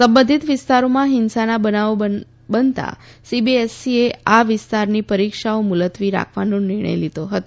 સંબંધિત વિસ્તારોમાં હિંસાના બનાવો બનતા સીબીએસઈએ આ વિસ્તારની પરીક્ષાઓ મુલતવી રાખવાનો નિર્ણય લીધો હતો